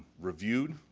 reviewed,